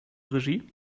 regie